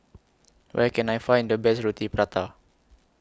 Where Can I Find The Best Roti Prata